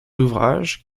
ouvrages